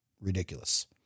ridiculous